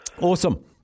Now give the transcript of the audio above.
Awesome